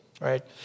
right